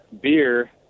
beer